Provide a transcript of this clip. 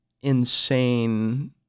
insane